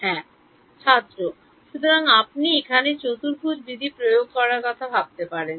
হ্যাঁ সুতরাং আপনি এখানে চতুর্ভুজ বিধি প্রয়োগ করার কথা ভাবতে পারেন